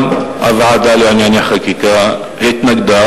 גם אז הוועדה לענייני חקיקה התנגדה.